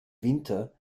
winter